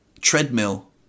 treadmill